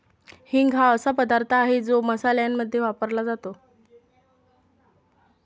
हिंग हा असा पदार्थ आहे जो मसाल्यांमध्ये वापरला जातो